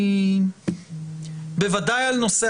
בוודאי בעניין